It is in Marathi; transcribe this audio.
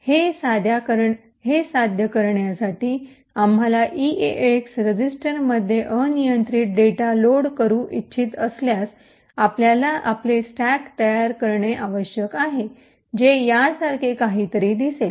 हे साध्य करण्यासाठी आम्हाला ईएएक्स रजिस्टरमध्ये अनियंत्रित डेटा लोड करू इच्छित असल्यास आपल्याला आपले स्टॅक तयार करणे आवश्यक आहे जे यासारखे काहीतरी दिसेल